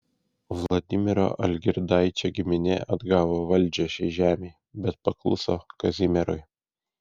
vladimiro algirdaičio giminė atgavo valdžią šiai žemei bet pakluso kazimierui